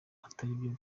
ataribyo